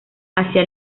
hacia